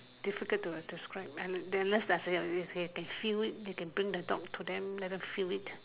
difficult to describe and they unless they can feel it they can bring the dog to them let them feel it